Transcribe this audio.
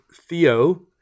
Theo